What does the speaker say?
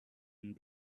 and